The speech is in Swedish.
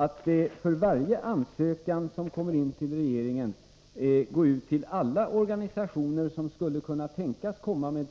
Att för varje ansökan som kommer in till regeringen gå ut till alla organisationer som skulle kunna tänkas komma med